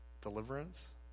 deliverance